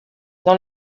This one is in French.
dans